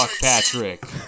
Patrick